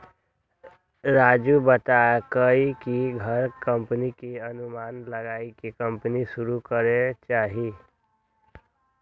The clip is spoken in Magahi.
राजू बतलकई कि घर संपत्ति के अनुमान लगाईये के कम्पनी शुरू करे के चाहि